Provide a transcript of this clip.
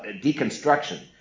deconstruction